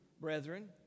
brethren